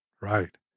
Right